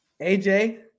AJ